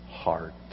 heart